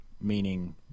meaning